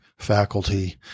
faculty